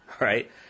Right